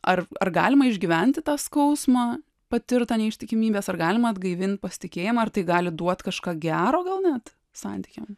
ar ar galima išgyventi tą skausmą patirtą neištikimybės ar galima atgaivint pasitikėjimą ar tai gali duot kažką gero gal net santykiam